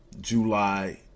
July